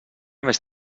més